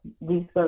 research